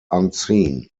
unseen